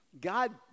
God